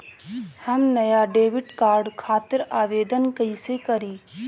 हम नया debit card खातिर आवेदन कईसे करी?